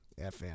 FM